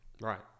Right